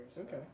Okay